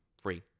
free